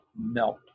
melt